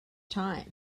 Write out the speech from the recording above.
time